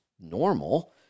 normal